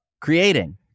creating